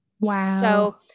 Wow